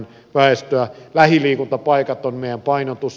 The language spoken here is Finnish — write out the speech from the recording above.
lähiliikuntapaikat ovat meidän painotus